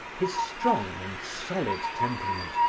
his strong and solid temperament,